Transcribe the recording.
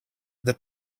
that